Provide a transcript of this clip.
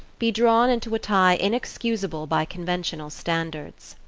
be drawn into a tie inexcusable by conventional standards.